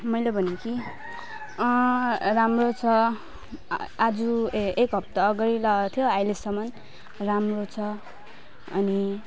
मैले भने कि राम्रो छ आज ए एक हप्ता अगाडि लगाएको थियो अहिलेसम्म राम्रो छ अनि